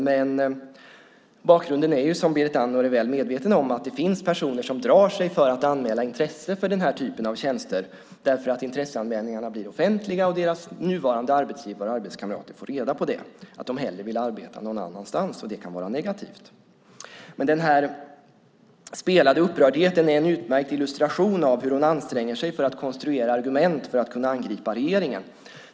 Bakgrunden är, som Berit Andnor är väl medveten om, att det finns personer som drar sig för att anmäla intresse för den typen av tjänster därför att intresseanmälningarna blir offentliga och deras nuvarande arbetsgivare och arbetskamrater får reda på att de hellre vill arbeta någon annanstans, och det kan vara negativt. Den här spelade upprördheten är en utmärkt illustration av hur hon anstränger sig för att konstruera argument för att kunna angripa regeringen.